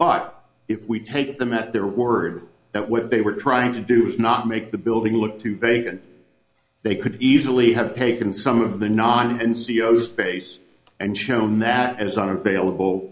but if we take them at their word that what they were trying to do was not make the building look too vague and they could easily have paid in some of the non and ceo's space and shown that as unavailable